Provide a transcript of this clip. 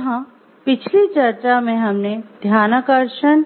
यहाँ पिछली चर्चा में हमने ध्यानाकर्षण